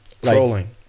Trolling